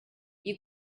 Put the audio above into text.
you